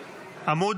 עמ'